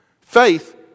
Faith